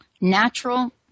natural